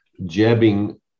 jabbing